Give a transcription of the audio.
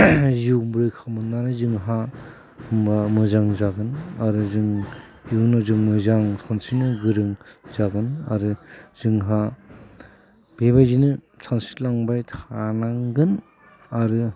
जिउबो खोमानाङा जोंहा होमब्ला मोजां जागोन आरो जों इयुनाव जों मोजां खनसेनो गोरों जागोन आरो जोंहा बेबायदिनो सानस्रिलांबाय थानांगोन आरो